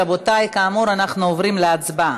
רבותי, כאמור, אנחנו עוברים להצבעה.